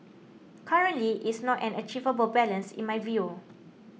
currently is not an achievable balance in my view